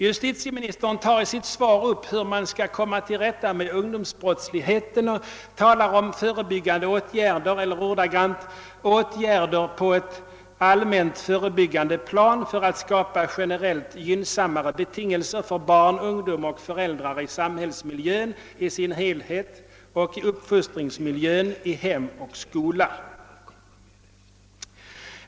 Justitieministern tar i sitt svar upp frågan hur man skall komma till rätta med ungdomsbrottsligheten och talar om förebyggande åtgärder eller ordagrant »åtgärder på ett allmänt förebyggande plan för att skapa generellt gynnsammare betingelser för barn, ungdom och föräldrar i samhällsmiljön i sin helhet och i uppfostringsmiljön i hem och skola».